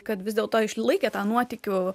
kad vis dėlto išlaikė tą nuotykių